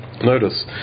notice